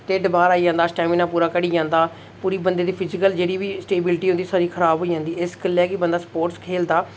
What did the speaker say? बाहर आई जंदा स्टैमिना पूरा घटी जंदा पूरी बंदे दी फिजिकल जेह्ड़ी बी स्टेबिलिटी होंदी सारी खराब होई जंदी एस गल्लै गी बंदा स्पोर्ट्स खेलदा